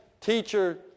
teacher